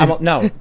No